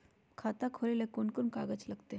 खाता खोले ले कौन कौन कागज लगतै?